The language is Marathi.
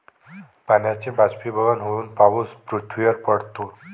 पाण्याचे बाष्पीभवन होऊन पाऊस पृथ्वीवर पडतो